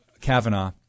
Kavanaugh